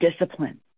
discipline